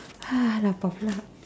lapar pula